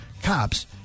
cops